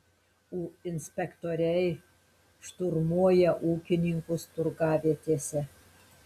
inspektoriai šturmuoja ūkininkus turgavietėse